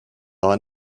daha